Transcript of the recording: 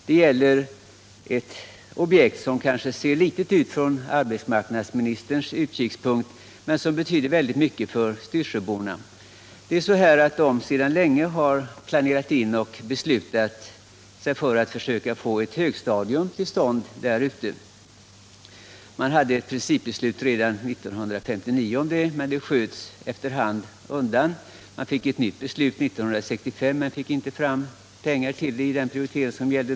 Det gäller ett objekt som i kanske ser litet ut från arbetsmarknadsministerns utkikspunkt men som Om åtgärder för att betyder väldigt mycket för styrsöborna. De har sedan länge planerat in = trygga sysselsättoch beslutat att försöka få till stånd ett högstadium där ute. Man hade = ningen i Bohuslän, ett principbeslut om det redan 1959, men projektet sköts upp efter hand. — m.m. Ett nytt beslut fattades 1965, men man fick inte fram pengar till det med den prioritering som då gjordes.